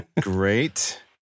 Great